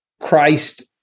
Christ